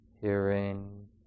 hearing